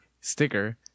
sticker